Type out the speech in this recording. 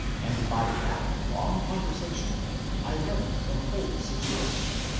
and by that long conversation i learned the whole situation,